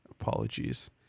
Apologies